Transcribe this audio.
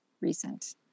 recent